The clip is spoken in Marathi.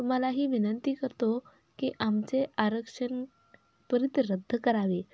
तुम्हाला ही विनंती करतो की आमचे आरक्षण त्वरित रद्द करावे